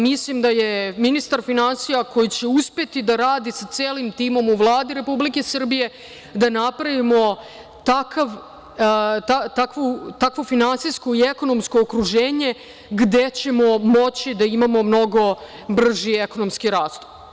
Mislim da je ministar finansija koji će uspeti da radi sa celim timom u Vladi Republike Srbije, da napravimo takvu finansijsko i ekonomsko okruženje gde ćemo moći da imamo mnogo brži ekonomski rast.